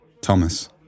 Thomas